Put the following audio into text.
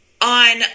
On